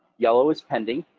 yellow is pending,